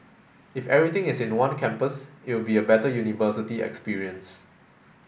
if everything is in one campus it'll be a better university experience